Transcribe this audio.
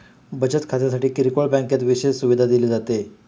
बचत खात्यासाठी किरकोळ बँकेत विशेष सुविधा दिली जाते